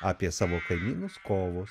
apie savo kaimynus kovus